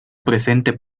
presente